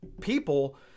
people